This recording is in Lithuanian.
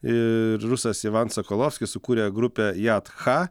ir rusas ivan sokolovskis sukūrė grupę yat kha